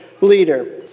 leader